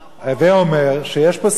הווי אומר, שיש פה סכנה.